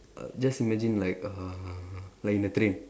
err just imagine like err like in a train